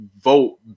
vote